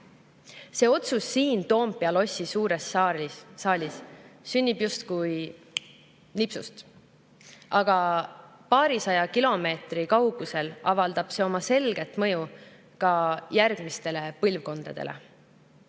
See otsus siin Toompea lossi suures saalis sünnib justkui nipsust. Aga paarisaja kilomeetri kaugusel avaldab see oma selget mõju ka järgmistele põlvkondadele. Riik